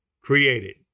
created